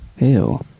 Ew